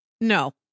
No